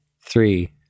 Three